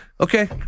Okay